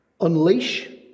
unleash